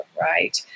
right